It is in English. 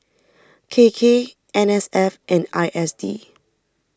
K K N S F and I S D